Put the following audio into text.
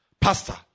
Pastor